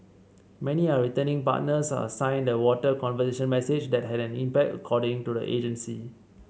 many are returning partners a sign that the water conservation message has had an impact according to the agency